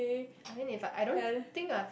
I think if I I don't think I've